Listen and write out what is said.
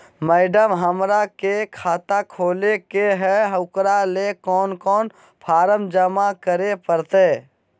Madam, हमरा के खाता खोले के है उकरा ले कौन कौन फारम जमा करे परते?